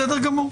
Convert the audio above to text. בסדר גמור.